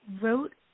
wrote